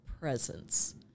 presence